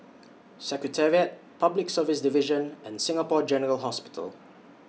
Secretariat Public Service Division and Singapore General Hospital